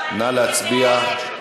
נא להצביע.